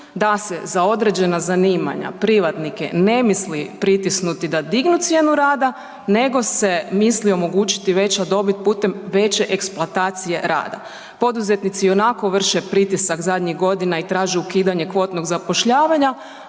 da se za određena zanimanja, privatnike ne misli pritisnuti da dignu cijenu rada nego se misli omogućiti veća dobit putem veće eksploatacije rada. Poduzetnici ionako vrše pritisak zadnjih godina i traže ukidanje kvotnog zapošljavanja,